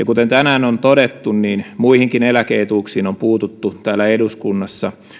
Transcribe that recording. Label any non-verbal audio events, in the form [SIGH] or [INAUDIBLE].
[UNINTELLIGIBLE] kuten tänään on todettu muihinkin eläke etuuksiin on puututtu täällä eduskunnassa